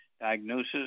diagnosis